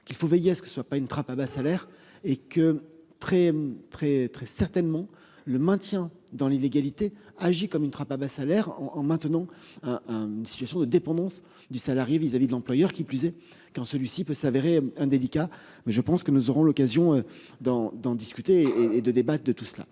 qu'il faut veiller à ce que soit pas une trappe à bas salaires et que très très très certainement le maintien dans l'illégalité agit comme une trappe à bas salaires en en maintenant un une situation de dépendance du salarié vis à vis de l'employeur, qui plus est, quand celui-ci peut s'avérer un délicat, mais je pense que nous aurons l'occasion d'en d'en discuter et de débattre de tout cela